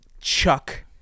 Chuck